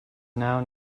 now